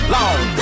Long